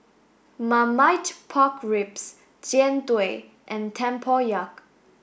marmite pork ribs Jian Dui and Tempoyak